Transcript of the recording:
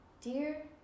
dear